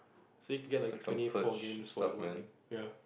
so you can get like twenty four games for like one game ya